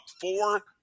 Four